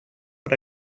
but